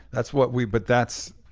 that's what we, but that's,